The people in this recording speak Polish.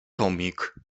tomik